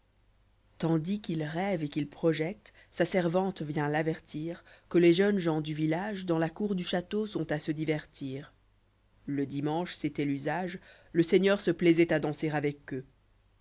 tandis qu'il rêve et qu'il projette sa servante vient l'avertir que les jeunes gens du village dans la cour du château sont à se divertir le dimanche c'était l'usage le seigneur se plaisoit à danser avec eux